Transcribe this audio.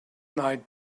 night